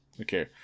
Okay